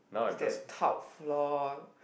it's that top floor